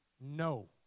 no